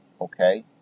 Okay